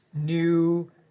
new